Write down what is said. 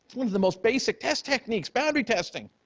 one of the most basic test techniques, boundary testing